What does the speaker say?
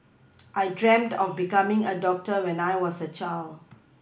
I dreamt of becoming a doctor when I was a child